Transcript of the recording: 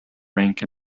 rank